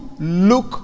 look